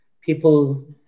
People